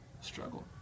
struggle